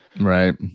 Right